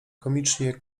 komicznie